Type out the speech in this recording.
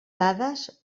dades